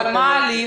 אבל מה ההליך?